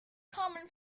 common